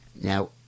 Now